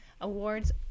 Awards